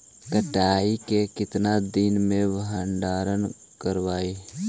कटाई के कितना दिन मे भंडारन करबय?